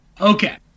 Okay